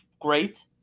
great